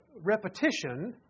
Repetition